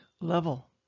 level